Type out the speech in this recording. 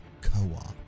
co-op